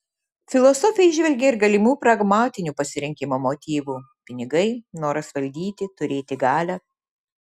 filosofė įžvelgė ir galimų pragmatinių pasirinkimo motyvų pinigai noras valdyti turėti galią